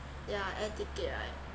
yeah air ticket right